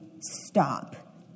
stop